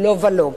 לא ולא.